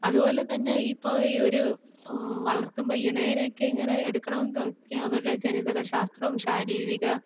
അതുപോലെ തന്നെ ഇപ്പോൾ ഈയൊരു വളർത്തുമ്പോൾ ഇണേനെയൊക്കെ എങ്ങനെ എടുക്കണം എന്നതൊക്കെ അവരുടെ ജനിതകശാസ്ത്രവും ശാരീരിക